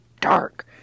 dark